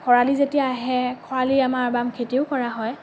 খৰালি যেতিয়া আহে খৰালি আমাৰ বাম খেতিও কৰা হয়